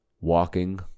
walking